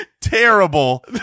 terrible